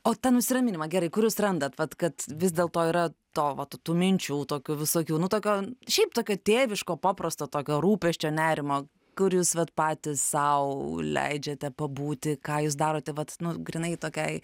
o tą nusiraminimą gerai kur jūs randat vat kad vis dėl to yra to vat tų minčių tokių visokių nu tokio šiaip tokio tėviško paprasto tokio rūpesčio nerimo kur jūs vat patys sau leidžiate pabūti ką jūs darote vat nu grynai tokiai